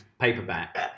paperback